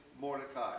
Mordecai